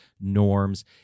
norms